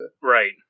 Right